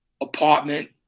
apartment